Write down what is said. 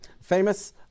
famous